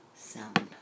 Sound